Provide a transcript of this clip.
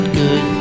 good